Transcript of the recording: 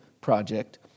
project